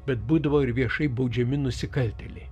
bet būdavo ir viešai baudžiami nusikaltėliai